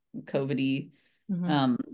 COVID-y